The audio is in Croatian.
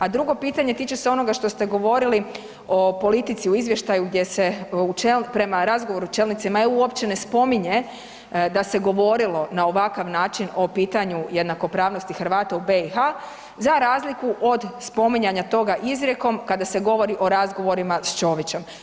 A drugo pitanje tiče se onoga što ste govorili o politici u izvještaju gdje se prema razgovoru s čelnicima EU da se govorilo na ovakav način o pitanju jednakopravnosti Hrvata u BiH za razliku od spominjanja toga izrijekom kada se govori o razgovorima s Čovićem.